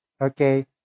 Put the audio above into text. okay